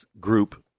Group